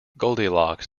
goldilocks